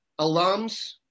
alums